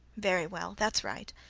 very well. that's right.